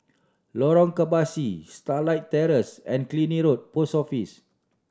Lorong Kebasi Starlight Terrace and Killiney Road Post Office